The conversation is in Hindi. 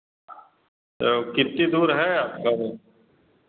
तो कितनी दूर है आपका वह